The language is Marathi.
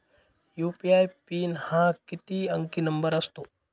यू.पी.आय पिन हा किती अंकी नंबर असतो?